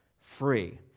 free